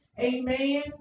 Amen